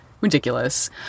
Ridiculous